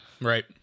Right